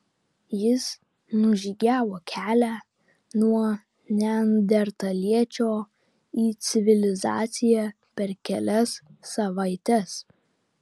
jis nužygiavo kelią nuo neandertaliečio į civilizaciją per kelias savaites